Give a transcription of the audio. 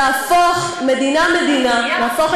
לגמרי האישה הזאת.